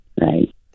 Right